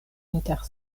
inter